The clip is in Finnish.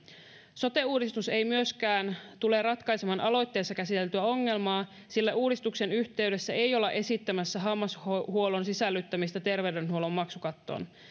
sote uudistus ei myöskään tule ratkaisemaan aloitteessa käsiteltyä ongelmaa sillä uudistuksen yhteydessä ei olla esittämässä hammashuollon sisällyttämistä terveydenhuollon maksukattoon